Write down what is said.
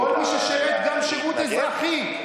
כל מי ששירת גם שירות אזרחי,